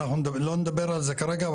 אנחנו לא נדבר על זה כרגע,